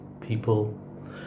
people